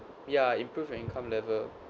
ya improve your income level